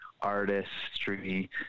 artistry